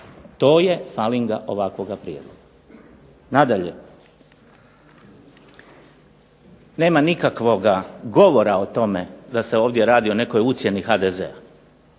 to je falinga ovoga Prijedloga. Nadalje, nema nikakvog govora o tome da se ovdje radi o nekoj ucjeni HDZ-a,